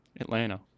Atlanta